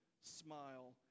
smile